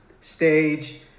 stage